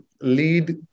lead